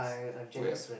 where